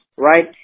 Right